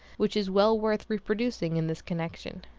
which is well worth reproducing in this connection